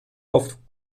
auf